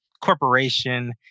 corporation